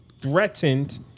threatened